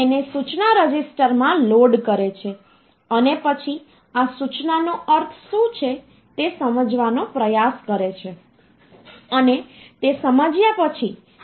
તેથી કોઈપણ મૂલ્યને ડિજિટલ જથ્થાના રૂપમાં સંગ્રહિત કરવા માટે આપણી પાસે તેમને સંગ્રહિત કરવા માટે કેટલીક સંખ્યાઓ હોવાની જરૂર હોય છે